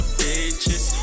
bitches